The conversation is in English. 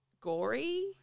gory